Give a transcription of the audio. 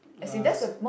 ya